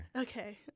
Okay